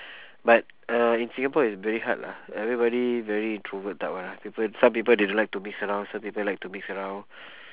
but uh in singapore is very hard lah everybody very introvert type [one] ah people some people they don't like to mix around some people like to mix around